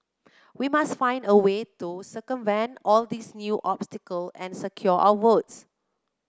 we must find a way to circumvent all these new obstacle and secure our votes